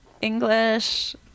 English